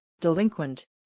delinquent